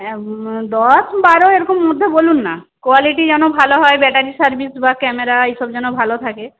হ্যাঁ দশ বারো এরকম মধ্যে বলুন না কোয়ালিটি যেন ভালো হয় ব্যাটারি সার্ভিস বা ক্যামেরা এসব যেন ভালো থাকে